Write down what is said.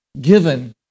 given